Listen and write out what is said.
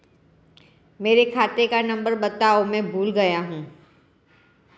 मेरे खाते का नंबर बताओ मैं भूल गया हूं